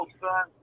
son